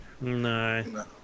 No